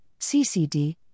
CCD